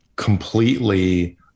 completely